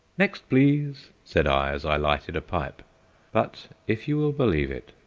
next, please! said i, as i lighted a pipe but if you will believe it,